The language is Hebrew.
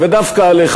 ודווקא עליך,